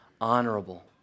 honorable